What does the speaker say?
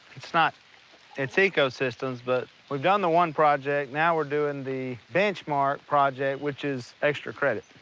it's not it's ecosystems, but we've done the one project. now we're doing the benchmark project, which is extra credit.